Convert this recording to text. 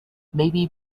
maybe